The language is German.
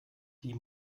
die